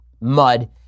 mud